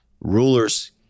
rulers